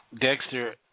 Dexter